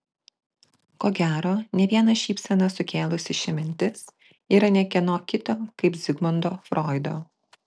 ko gero ne vieną šypseną sukėlusi ši mintis yra ne kieno kito kaip zigmundo froido